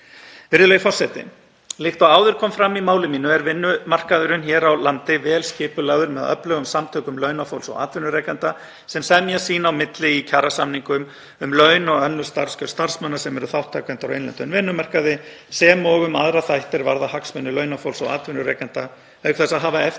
Virðulegur forseti. Líkt og áður kom fram í máli mínu er vinnumarkaðurinn hér á landi vel skipulagður með öflugum samtökum launafólks og atvinnurekenda sem semja sín á milli í kjarasamningum um laun og önnur starfskjör starfsmanna sem eru þátttakendur á innlendum vinnumarkaði, sem og um aðra þætti er varða hagsmuni launafólks og atvinnurekenda, auk þess að hafa eftirlit